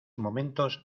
momentos